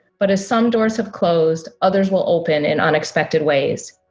but as some doors have closed others will open in unexpected ways.